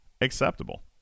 acceptable